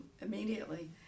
immediately